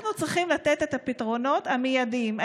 אנחנו צריכים לתת פתרונות מיידיים.